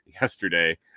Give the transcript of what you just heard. yesterday